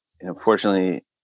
unfortunately